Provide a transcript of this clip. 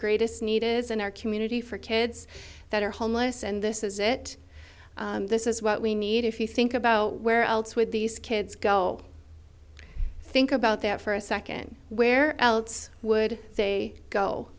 greatest need is in our community for kids that are homeless and this is it this is what we need if you think about where else with these kids go think about that for a second where else would they go